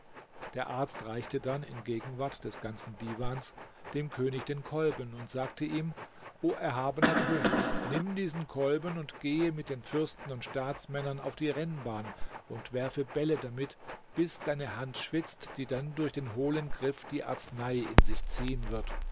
der arzt reichte dann in gegenwart des ganzen divans dem könig den kolben und sagte ihm o erhabener könig nimm diesen kolben und gehe mit den fürsten und staatsmännern auf die rennbahn und werfe bälle damit bis deine hand schwitzt die dann durch den hohlen griff die arznei in sich ziehen wird